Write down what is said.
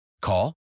Call